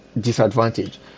disadvantage